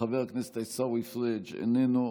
חבר הכנסת עיסאווי פריג' איננו,